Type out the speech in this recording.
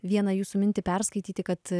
vieną jūsų mintį perskaityti kad